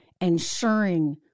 ensuring